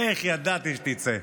איך ידעתי שאתה תצא.